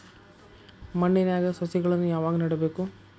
ಮಣ್ಣಿನ್ಯಾಗ್ ಸಸಿಗಳನ್ನ ಯಾವಾಗ ನೆಡಬೇಕು?